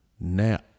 Now